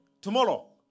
Tomorrow